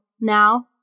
now